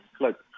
Look